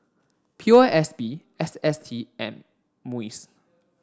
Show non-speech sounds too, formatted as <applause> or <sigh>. P O S B S S T M <unintelligible>